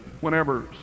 whenever